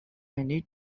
need